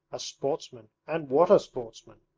a sportsman and what a sportsman!